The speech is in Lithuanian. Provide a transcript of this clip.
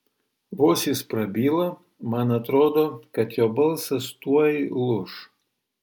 vos jis prabyla man atrodo kad jo balsas tuoj lūš